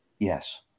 Yes